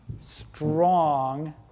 strong